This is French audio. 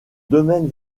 domaine